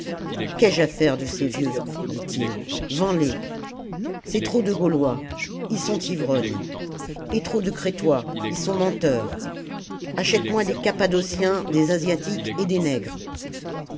faire de ces vieux dit il vendsles c'est trop de gaulois ils sont ivrognes et trop de cretois ils sont menteurs achète-moi des cappadociens des asiatiques et des nègres